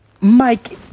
Mike